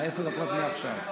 עשר הדקות מעכשיו.